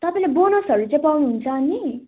तपाईँले बोनसहरू चाहिँ पाउनुहुन्छ अनि